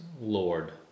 Lord